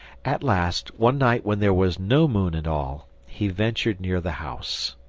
at last, one night when there was no moon at all, he ventured near the house.